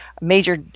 major